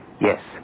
Yes